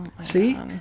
See